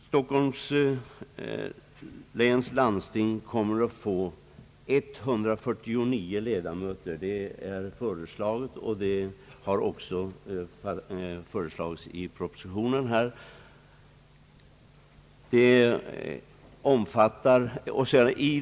Stockholms läns landsting kommer att få 149 ledamöter — detta har också föreslagits i propositionen.